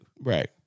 Right